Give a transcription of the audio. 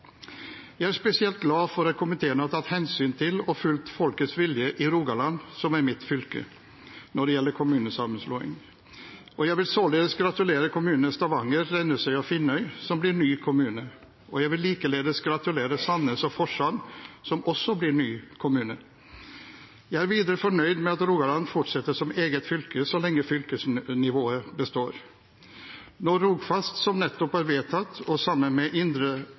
Jeg er spesielt glad for at komiteen har tatt hensyn til og fulgt folkets vilje i Rogaland, som er mitt fylke, når det gjelder kommunesammenslåinger. Jeg vil således gratulere kommunene Stavanger, Rennesøy og Finnøy, som blir ny kommune. Jeg vil likeledes gratulere Sandnes og Forsand, som også blir ny kommune. Jeg er videre fornøyd med at Rogaland fortsetter som eget fylke så lenge fylkesnivået består. Når Rogfast, som nettopp er vedtatt, sammen med